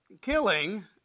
killing